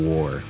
War